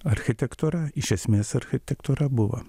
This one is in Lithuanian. architektūra iš esmės architektūra buvo